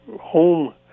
home